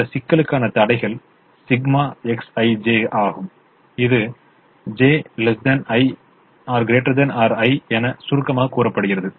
இந்த சிக்கலுக்கான தடைகள் சிக்மா Xij ஆகும் இது j ≤i என சுருக்கமாகக் கூறப்படுகிறது